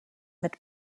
mit